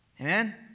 Amen